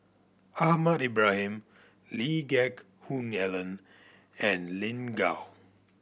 Ahmad Ibrahim Lee Geck Hoon Ellen and Lin Gao